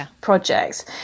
projects